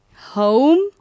home